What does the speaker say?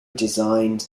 designed